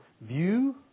view